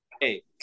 hey